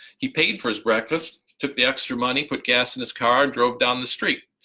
he paid for his breakfast took the extra, money put gas in his car drove down the street,